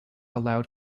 allowed